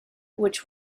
which